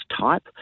type